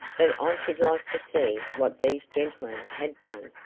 that i should like to see what these gentlemen had done,